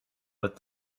but